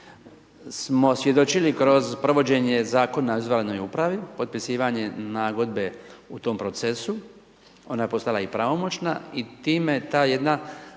smo svjedočili kroz provođenje zakona o državnoj upravi, potpisivanje nagodbe u tom procesu ona je postala i pravomoćna i time ta jedna